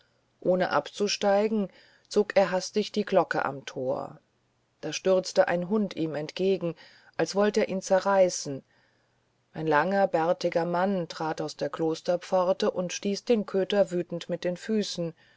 ohne abzusteigen zog er hastig die glocke am tor da stürzte ein hund ihm entgegen als wollt er ihn zerreißen ein langer bärtiger mann trat aus der klosterpforte und stieß den köter wütend mit den füßen